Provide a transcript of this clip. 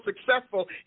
successful